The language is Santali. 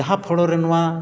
ᱡᱟᱦᱟᱸ ᱯᱷᱚᱲᱚᱨᱮ ᱱᱚᱣᱟ